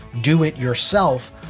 do-it-yourself